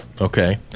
Okay